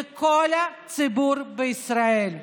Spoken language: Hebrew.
לכל הציבור בישראל.